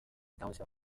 council